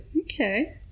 Okay